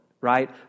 right